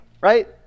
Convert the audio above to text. right